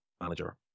manager